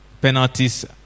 penalties